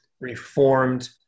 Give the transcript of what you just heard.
reformed